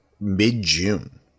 mid-june